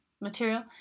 material